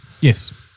Yes